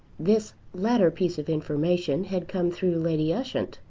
this latter piece of information had come through lady ushant,